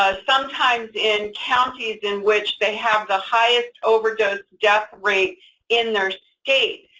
ah sometimes in counties in which they have the highest overdose death rate in their state,